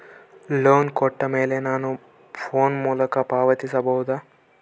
Loan ಕೊಟ್ಟ ಮೇಲೆ ನಾನು ಫೋನ್ ಮೂಲಕ ಪಾವತಿಸಬಹುದಾ?